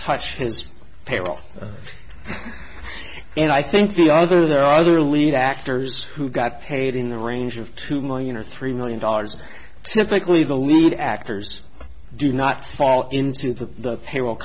touch his payroll and i think the other there are other lead actors who got paid in the range of two million or three million dollars typically the lead actors do not fall into the pay